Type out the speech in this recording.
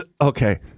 Okay